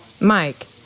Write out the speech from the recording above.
Mike